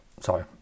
Sorry